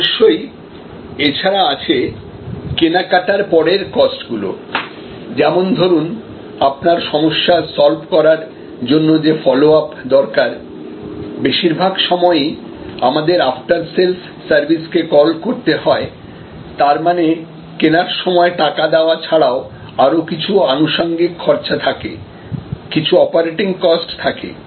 অবশ্যই এছাড়া আছে কেনাকাটার পরের কস্ট গুলো যেমন ধরুন আপনার সমস্যা সলভ করার জন্য যে ফলোআপ দরকার বেশিরভাগ সময়ই আমাদের আফটার সেলস সার্ভিস কে কল করতে হয় তার মানে কেনার সময় টাকা দেওয়া ছাড়াও আরো কিছু আনুষাঙ্গিক খরচা থাকে কিছু অপারেটিং কস্ট থাকে